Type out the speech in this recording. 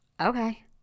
Okay